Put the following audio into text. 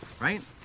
Right